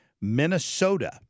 Minnesota